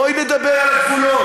בואי נדבר על גבולות,